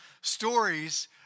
stories